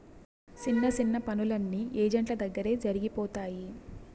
సిన్న సిన్న పనులన్నీ ఏజెంట్ల దగ్గరే జరిగిపోతాయి